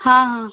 हाँ हाँ